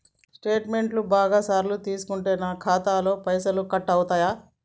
Statement బాగా సార్లు తీసుకుంటే నాకు ఖాతాలో పైసలు కట్ అవుతయా?